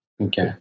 Okay